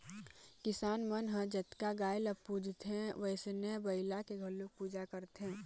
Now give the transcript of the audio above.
किसान मन ह जतका गाय ल पूजथे वइसने बइला के घलोक पूजा करथे